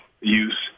use